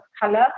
color